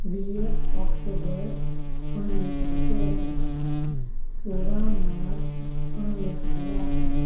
वीह ऑक्टूबर उणिवीह सौ चोहतरि सोरहां मार्च उणिवीह सौ ॿाहतरि